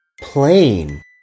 Plane